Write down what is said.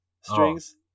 strings